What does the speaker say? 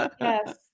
Yes